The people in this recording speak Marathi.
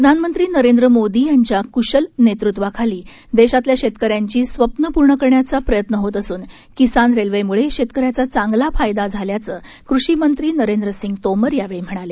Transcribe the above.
प्रधानमंत्री नरेंद्र मोदी यांच्या कुशल नेतृत्वाखाली देशातल्या शेतकऱ्यांची स्वप्नं पूर्ण करण्याचा प्रयत्न होत असून किसान रेल्वेमुळे शेतकऱ्याचा चांगला फायदा झाल्याचं कृषी मंत्री नरेंद्र सिंग तोमर यावेळी म्हणाले